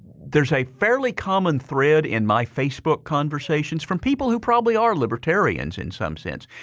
there's a fairly common thread in my facebook conversations from people who probably are libertarians in some sense.